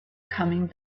coming